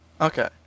Okay